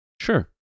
Sure